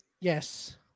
yes